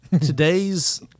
today's